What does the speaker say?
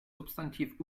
substantiv